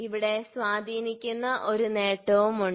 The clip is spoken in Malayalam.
ഇവിടെ സ്വാധീനിക്കുന്ന ഒരു നേട്ടവുമുണ്ട്